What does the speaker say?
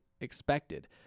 expected